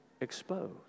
exposed